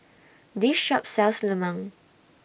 This Shop sells Lemang